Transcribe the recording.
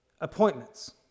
appointments